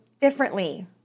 differently